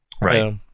Right